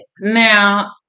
now